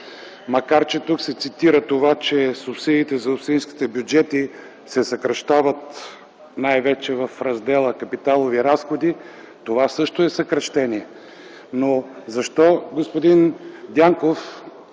Макар че тук се цитира това, че субсидиите за общинските бюджети се съкращават най-вече в раздела „Капиталови разходи”, това също е съкращение. Защо, господин Дянков,